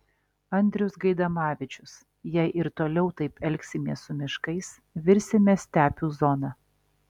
andrius gaidamavičius jei ir toliau taip elgsimės su miškais virsime stepių zona